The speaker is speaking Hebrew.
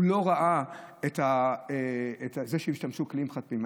הוא לא ראה את זה שהשתמשו בכלים חד-פעמיים.